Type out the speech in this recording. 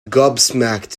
gobsmacked